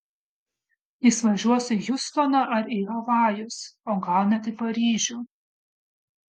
jis važiuos į hjustoną ar į havajus o gal net į paryžių